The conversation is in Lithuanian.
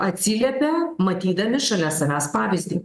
atsiliepia matydami šalia savęs pavyzdį